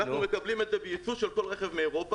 אנחנו מקבלים את זה ביצוא של כל רכב מאירופה.